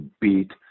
beat